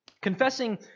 Confessing